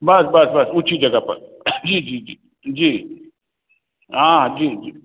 बस बस बस ऊँची जगह पर जी जी जी जी हाँ जी जी